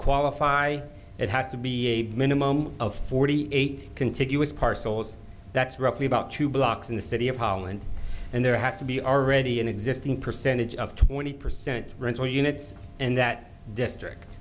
qualify it has to be a minimum of forty eight contiguous parcels that's roughly about two blocks in the city of holland and there has to be already an existing percentage of twenty percent rental units and that district